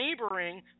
neighboring